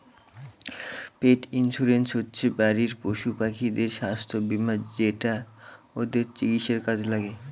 পেট insurance হচ্ছে বাড়ির পশুপাখিদের স্বাস্থ্য বীমা যেটা ওদের চিকিৎসার কাজে লাগে